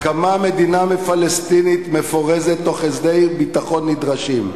הקמת מדינה פלסטינית מפורזת תוך הסדרי ביטחון נדרשים.